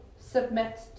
submit